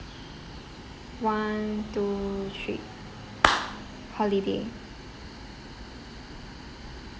one two three holiday